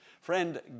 Friend